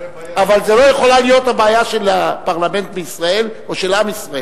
אבל זאת לא יכולה להיות הבעיה של הפרלמנט בישראל או של עם ישראל,